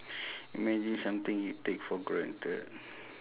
imagine something you take for granted